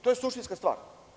To je suštinska stvar.